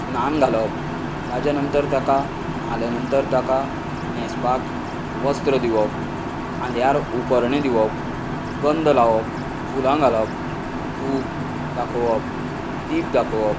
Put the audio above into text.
स्नान घालप ताज्या नंतर तेका न्हाल्या नंतर ताका न्हेंसपाक वस्त्र दिवप खांद्यार उपरणें दिवप गंध लावप फुलां घालप धूप दाखोवप दीप दाखोवप